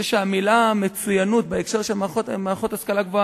אני חושב שהמלה מצוינות בהקשר של מערכות השכלה גבוהה,